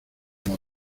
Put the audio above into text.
otra